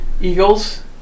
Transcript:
Eagles